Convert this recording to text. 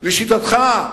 לשיטתך,